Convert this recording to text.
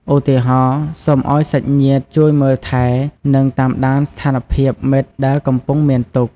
ឧទាហរណ៍៍ សូមឱ្យសាច់ញាតិជួយមើលថែ និងតាមដានស្ថានភាពមិត្តដែលកំពុងមានទុក្ខ។